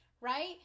Right